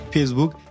Facebook